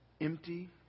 Empty